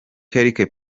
quelque